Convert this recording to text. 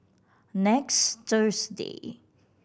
next Thursday